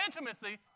intimacy